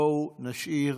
בואו נשאיר